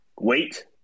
wait